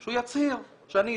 שהוא יצהיר שאני השמדתי,